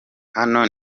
hano